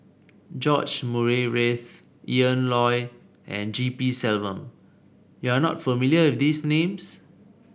George Murray Reith Ian Loy and G P Selvam you are not familiar with these names